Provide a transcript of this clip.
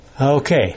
Okay